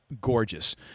gorgeous